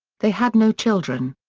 they had no children.